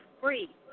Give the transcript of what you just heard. free